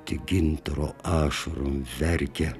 tik gintaro ašarų verkia